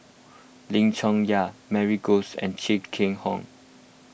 Lim Chong Yah Mary Goes and Chia Keng Hock